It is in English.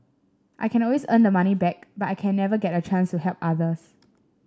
I can always earn the money back but I can never get a chance to help others